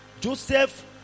Joseph